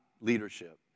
leadership